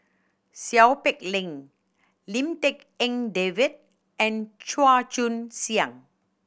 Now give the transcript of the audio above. Seow Peck Leng Lim Tik En David and Chua Joon Siang